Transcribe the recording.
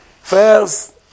First